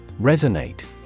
Resonate